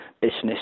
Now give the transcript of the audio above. business